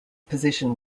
position